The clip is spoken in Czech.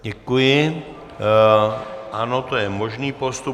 Děkuji, ano, to je možný postup.